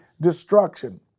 destruction